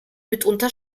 mitunter